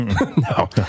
No